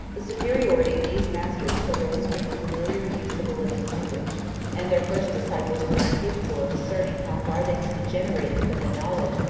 the superiority of these masters arose from the familiar use of a living language and their first disciples were incapable of discerning how far they had degenerated from the knowledge,